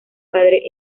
padre